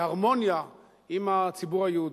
בהרמוניה עם הציבור היהודי.